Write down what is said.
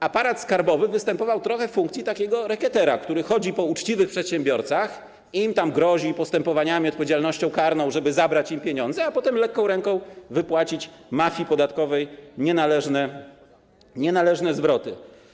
Aparat skarbowy występował trochę w funkcji takiego rekietera, który chodzi po uczciwych przedsiębiorcach i im grozi postępowaniami, odpowiedzialnością karną, żeby zabrać im pieniądze, by potem lekką ręka wypłacić mafii podatkowej nienależne zwroty.